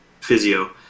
physio